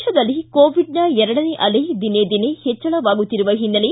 ದೇಶದಲ್ಲಿ ಕೋವಿಡ್ನ ಎರಡನೇ ಅಲೆ ದಿನೇ ದಿನೇ ಹೆಚ್ಚಳವಾಗುತ್ತಿರುವ ಹಿನ್ನೆಲೆ